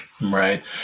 right